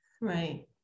Right